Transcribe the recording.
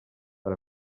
per